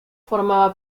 formaba